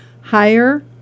Higher